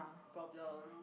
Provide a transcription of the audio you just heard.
problem